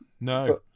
No